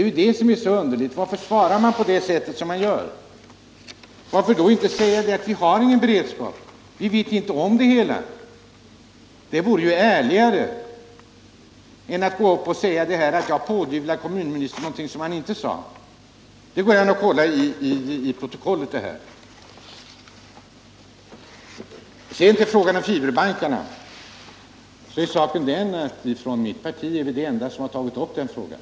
Varför svarar då kommunministern på det sätt som han gör? Varför inte säga: Vi har inte någon beredskap, vi visste inte om det hela. Det vore ärligare än att, som Torkel Lindahl nu gör, gå upp och säga att jag pådyvlar. kommunministern något som han inte har sagt. Det går att kontrollera detta i protokollet. När det gäller fiberbankarna är saken den att mitt parti är det enda som har tagit upp den frågan.